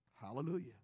Hallelujah